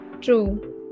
true